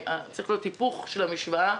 צריך להיות היפוך של המשוואה.